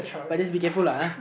but just be careful lah